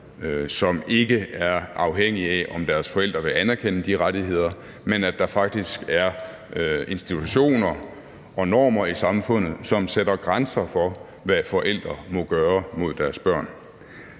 som ikke er afhængige af, om deres forældre vil anerkende de rettigheder, men at der faktisk er institutioner og normer i samfundet, som sætter grænser for, hvad forældre må gøre mod deres børn.